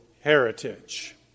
heritage